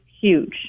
huge